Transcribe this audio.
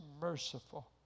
merciful